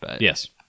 Yes